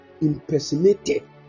impersonated